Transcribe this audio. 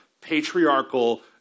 patriarchal